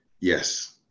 yes